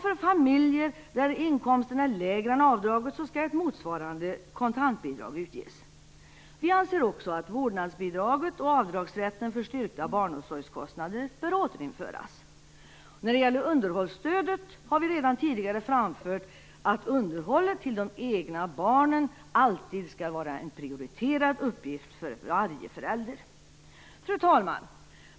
För familjer där inkomsten är lägre än avdraget skall ett motsvarande kontantbidrag ges. Vi anser också att vårdnadsbidraget och avdragsrätten för styrkta barnomsorgskostnader bör återinföras. När det gäller underhållsstödet har vi redan tidigare framfört att underhållet till de egna barnen alltid skall vara en prioriterat uppgift för varje förälder. Fru talman!